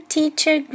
Teacher